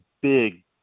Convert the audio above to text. big